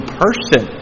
person